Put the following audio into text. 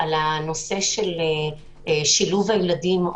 על הנושא של שילוב הילדים.